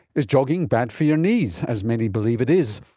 is jogging bad for your knees, as many believe it is?